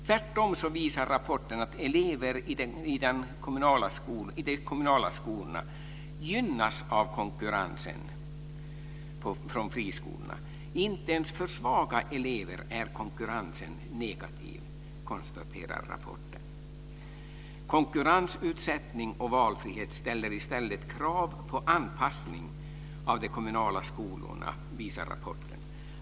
Tvärtom visar rapporten att elever i de kommunala skolorna gynnas av konkurrensen från friskolorna. Inte ens för svaga elever är konkurrensen negativ, konstaterar rapporten. Konkurrensutsättning och valfrihet ställer i stället krav på anpassning av de kommunala skolorna, visar rapporten.